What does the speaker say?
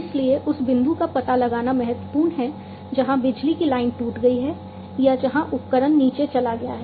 इसलिए उस बिंदु का पता लगाना महत्वपूर्ण है जहां बिजली की लाइन टूट गई है या जहां उपकरण नीचे चला गया है